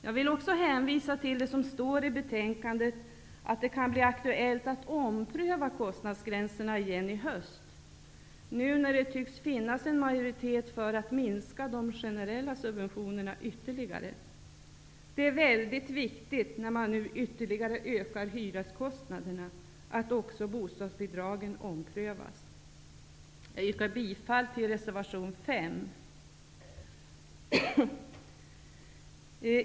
Jag vill också hänvisa till det som står i betänkandet om att det kan bli aktuellt att ompröva kostnadsgränserna i höst igen, nu när det tycks finnas en majoritet för att minska de generella subventionerna ytterligare. Det är väldigt viktigt att också bostadsbidragen omprövas när man nu ytterligare ökar hyreskostnaderna. Jag yrkar bifall till reservation 5.